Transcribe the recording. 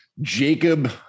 Jacob